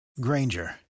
Granger